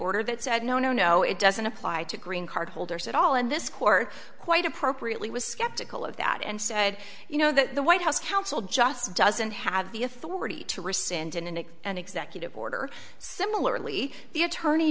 order that said no no no it doesn't apply to green card holders at all and this court quite appropriately was skeptical of that and said you know that the white house counsel just doesn't have the authority to rescind in a an executive order similarly the attorney